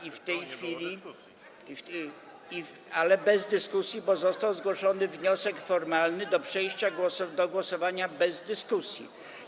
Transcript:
i w tej chwili... ale bez dyskusji, bo został zgłoszony wniosek formalny o przejście do głosowania bez dyskusji.